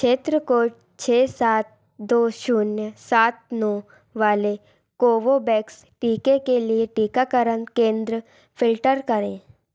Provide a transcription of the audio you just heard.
क्षेत्र कोड छ सात दो शून्य साथ नौ वाले कोवोबैक्स टीके के लिए टीकाकरण केंद्र फ़िल्टर करें